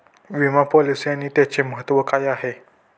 विमा पॉलिसी आणि त्याचे महत्व काय आहे?